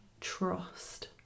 trust